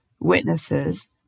witnesses